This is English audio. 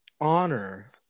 honor